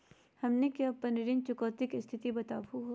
हमनी के अपन ऋण चुकौती के स्थिति बताहु हो?